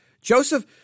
Joseph